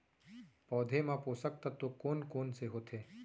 पौधे मा पोसक तत्व कोन कोन से होथे?